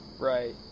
Right